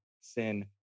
sin